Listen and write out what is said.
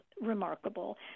remarkable